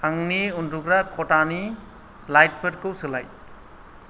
आंनि उन्दुग्रा खथानि लाइटफोरखौ सोलाय